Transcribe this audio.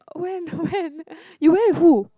when when you went with who